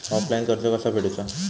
Offline कर्ज कसा फेडूचा?